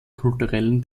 kulturellen